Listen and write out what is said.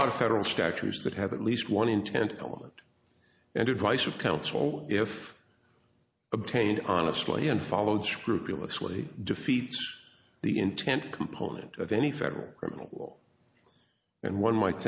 lot of federal statutes that have at least one intent element and advice of counsel if obtained honestly and followed scrupulously defeats the intent component of any federal criminal and one might